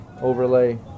overlay